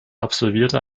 absolvierte